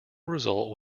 result